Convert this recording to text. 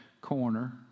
corner